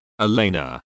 Elena